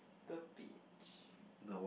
the beach